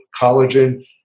collagen